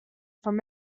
from